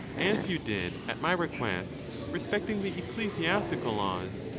as you did at my request respecting the ecclesiastical laws,